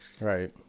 Right